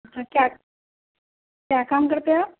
کیا کیا کام کرتے ہیں آپ